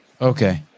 Okay